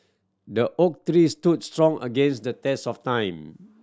the oak tree stood strong against the test of time